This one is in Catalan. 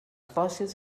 fòssils